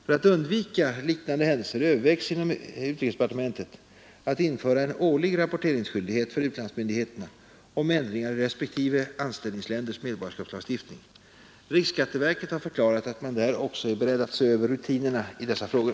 För att undvika liknande händelser övervägs inom utrikesdepartementet att införa en årlig rapporteringsskyldighet för utlandsmyndigheterna om ändringar i respektive anställningsländers medborgarskapslagstiftning. Riksskatteverket har förklarat att man där också är beredd att se över rutinerna i hithörande frågor.